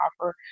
offer